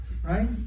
Right